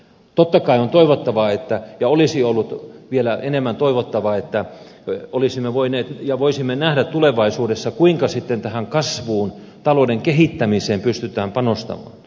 totta kai on toivottavaa ja olisi ollut vielä enemmän toivottavaa että olisimme voineet ja voisimme nähdä tulevaisuudessa kuinka sitten tähän kasvuun talouden kehittämiseen pystytään panostamaan